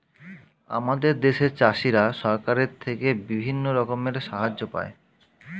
আমাদের দেশের চাষিরা সরকারের থেকে বিভিন্ন রকমের সাহায্য পায়